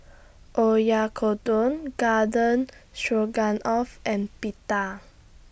Oyakodon Garden Stroganoff and Pita